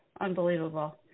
Unbelievable